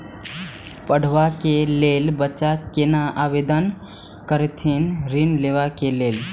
पढ़वा कै लैल बच्चा कैना आवेदन करथिन ऋण लेवा के लेल?